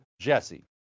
Jesse